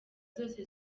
zose